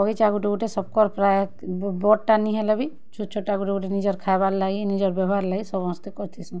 ବଗିଚା ଗୁଟେ ଗୁଟେ ସବ୍କର୍ ପ୍ରାୟ୍ ବଡ଼୍ଟା ନେଇଁ ହେଲେ ବି ଛୋଟ୍ ଛୋଟ୍ଟା ଗୁଟେ ଗୁଟେ ନିଜର୍ ଖାଏବାର୍ ଲାଗି ନିଜର୍ ବ୍ୟବହାର୍ ଲାଗି ସମସ୍ତେ କରିଥିସୁଁ